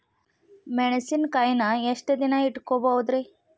ಮೆಣಸಿನಕಾಯಿನಾ ಎಷ್ಟ ದಿನ ಇಟ್ಕೋಬೊದ್ರೇ?